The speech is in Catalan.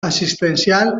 assistencial